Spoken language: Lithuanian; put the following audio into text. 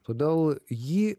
todėl jį